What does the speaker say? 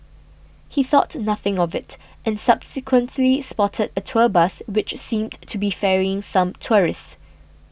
he thought nothing of it and subsequently spotted a tour bus which seemed to be ferrying some tourists